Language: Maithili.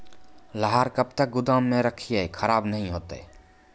लहार कब तक गुदाम मे रखिए खराब नहीं होता?